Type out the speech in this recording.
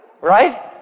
Right